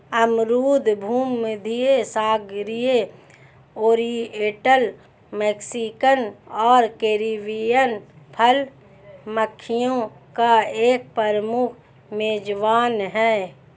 अमरूद भूमध्यसागरीय, oriental, Mexican और कैरिबियन फल मक्खियों का एक प्रमुख मेजबान है